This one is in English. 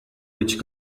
which